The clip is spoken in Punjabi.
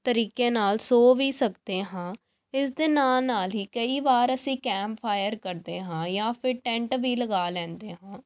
ਤਰੀਕੇ ਨਾਲ ਸੋ ਵੀ ਸਕਦੇ ਹਾਂ ਇਸ ਦੇ ਨਾਲ ਨਾਲ ਹੀ ਕਈ ਵਾਰ ਅਸੀਂ ਕੈਂਪ ਫਾਇਰ ਕਰਦੇ ਹਾਂ ਜਾਂ ਫਿਰ ਟੈਂਟ ਵੀ ਲਗਾ ਲੈਂਦੇ ਹਾਂ